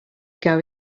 ago